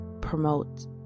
promote